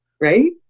right